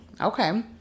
Okay